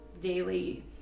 daily